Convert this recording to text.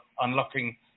unlocking